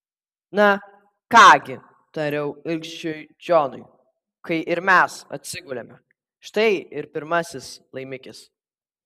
na ką gi tariau ilgšiui džonui kai ir mes atsigulėme štai ir pirmasis laimikis